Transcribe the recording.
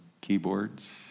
Keyboards